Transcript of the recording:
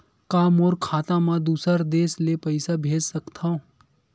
का मोर खाता म दूसरा देश ले पईसा भेज सकथव?